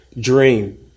dream